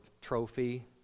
trophy